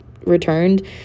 returned